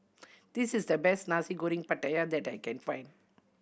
this is the best Nasi Goreng Pattaya that I can find